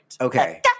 Okay